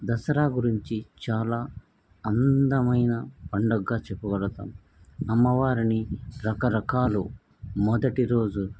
దసరా గురించి చాలా అందమైన పండగగా చెప్పబడతాము అమ్మవారిని రకరకాలు మొదటిరోజు